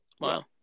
Wow